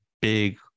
big